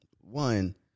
one